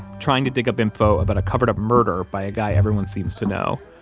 trying to dig up info about a covered-up murder by a guy everyone seems to know,